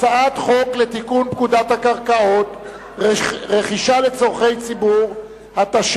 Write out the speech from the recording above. הצעת חוק לתיקון פקודת הקרקעות (רכישה לצורכי ציבור) (תיקון מס' 3),